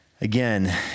Again